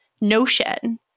notion